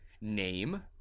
Name